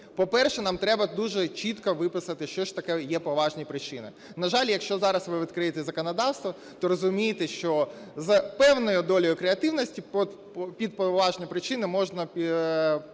По-перше, нам треба дуже чітко виписати, що ж таке є "поважні причини". На жаль, якщо зараз ви відкриєте законодавство, то зрозумієте, що за певною долею креативності під поважною причиною можна